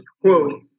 quote-